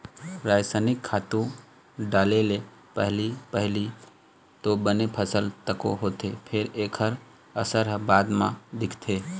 रसइनिक खातू डाले ले पहिली पहिली तो बने फसल तको होथे फेर एखर असर ह बाद म दिखथे